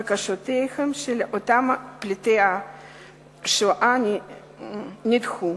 בקשותיהם של אותם פליטי השואה נדחו.